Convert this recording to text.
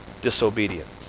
disobedience